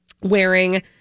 wearing